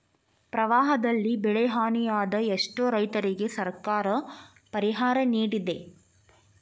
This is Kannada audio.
ಪ್ರವಾಹದಲ್ಲಿ ಬೆಳೆಹಾನಿಯಾದ ಎಷ್ಟೋ ರೈತರಿಗೆ ಸರ್ಕಾರ ಪರಿಹಾರ ನಿಡಿದೆ